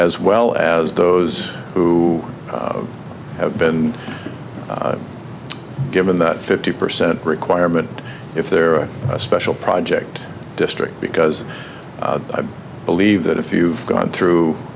as well as those who have been given that fifty percent requirement if there are a special project district because i believe that if you've gone through